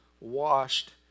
washed